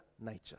nature